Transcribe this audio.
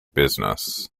business